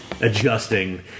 adjusting